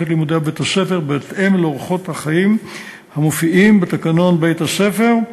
את לימודיה בבית-הספר בהתאם לאורחות החיים המופיעים בתקנון בית-הספר.